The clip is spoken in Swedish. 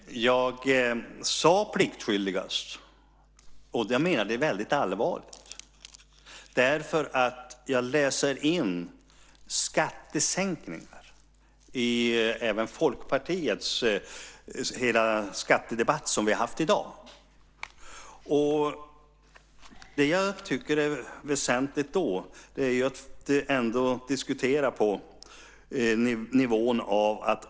Herr talman! Jag sade "pliktskyldigast", och jag menar det väldigt allvarligt, därför att jag läser in skattesänkningar i även Folkpartiets inlägg i den skattedebatt som vi har haft i dag. Det jag tycker är väsentligt då är att diskutera på en viss nivå.